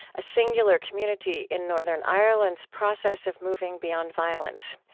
a singular community in northern ireland's process of moving beyond violence.